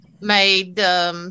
made